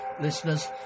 listeners